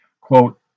quote